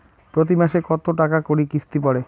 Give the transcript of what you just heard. প্রতি মাসে কতো টাকা করি কিস্তি পরে?